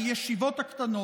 הישיבות הקטנות,